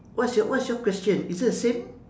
what's your what's your question is it the same